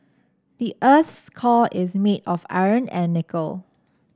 the earth's core is made of iron and nickel